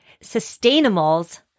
sustainables